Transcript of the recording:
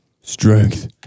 Strength